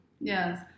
Yes